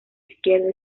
izquierda